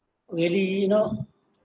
really you know